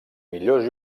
millors